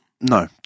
No